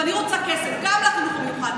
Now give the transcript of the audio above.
ואני רוצה כסף גם לחינוך המיוחד,